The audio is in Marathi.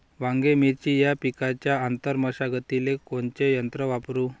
वांगे, मिरची या पिकाच्या आंतर मशागतीले कोनचे यंत्र वापरू?